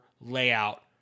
layout